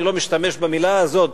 אני לא משתמש במלה הזאת,